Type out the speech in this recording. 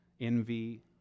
envy